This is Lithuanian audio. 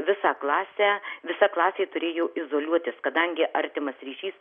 visą klasę visa klasė turėjo izoliuotis kadangi artimas ryšys